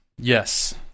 Yes